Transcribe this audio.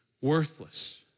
worthless